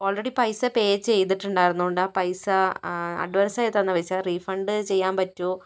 already പൈസ pay ചെയ്തിട്ടുണ്ടായിരുന്നതുകൊണ്ട് ആ പൈസ അഡ്വാൻസായി തന്ന പൈസ റീഫണ്ട് ചെയ്യാൻ പറ്റുമോ